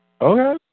Okay